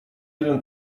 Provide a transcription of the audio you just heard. jeden